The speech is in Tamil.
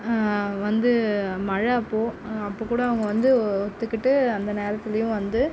வந்து மழை அப்போது அப்போக்கூட அவங்க வந்து ஓத்துக்கிட்டு அந்த நேரத்திலயும் வந்து